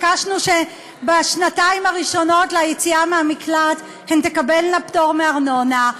ביקשנו שבשנתיים הראשונות ליציאה מהמקלט הן תקבלנה פטור מארנונה.